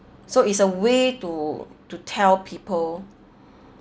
so it's a way to to tell people